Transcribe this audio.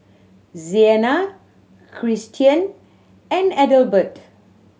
Sienna Kristian and Adelbert